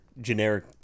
generic